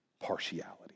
partiality